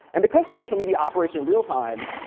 and because social media operates in real time,